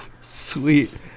Sweet